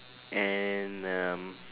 and um